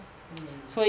mm mm mm